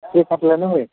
check କାଟିଲେ ନାଇଁ ହୁଏ